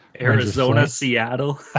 Arizona-Seattle